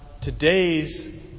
today's